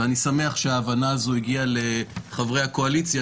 ואני שמח שההבנה הזו הגיעה לחברי הקואליציה,